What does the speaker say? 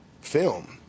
film